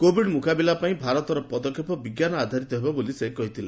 Covid ମୁକାବିଲା ପାଇଁ ଭାରତର ପଦକ୍ଷେପ ବିଜ୍ଞାନ ଆଧାରିତ ହେବ ବୋଲି ସେ କହିଥିଲେ